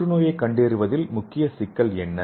புற்றுநோயைக் கண்டறிவதில் முக்கிய சிக்கல் என்ன